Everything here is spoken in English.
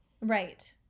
Right